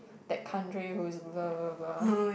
that country who is blah blah blah